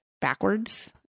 backwards